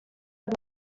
are